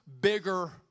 Bigger